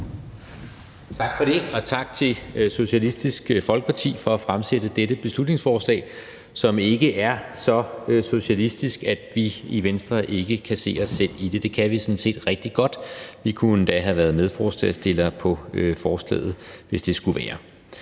Tak for det, og tak til Socialistisk Folkeparti for at fremsætte dette beslutningsforslag, som ikke er så socialistisk, at vi i Venstre ikke kan se os selv i det. Det kan vi sådan set rigtig godt. Vi kunne endda have været medforslagsstillere på forslaget, hvis det skulle være,